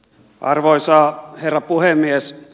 arvoisa herra puhemies